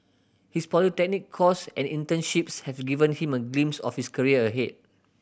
his polytechnic course and internships have given him a glimpse of his career ahead